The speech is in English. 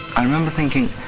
i remember thinking,